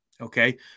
okay